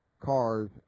cars